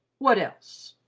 what else?